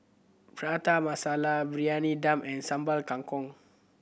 Prata Masala Briyani Dum and Sambal Kangkong